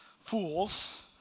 fools